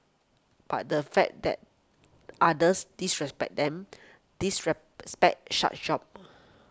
but the fact that others disrespect them disrespect such jobs